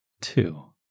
two